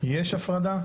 יש הפרדה?